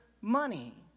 money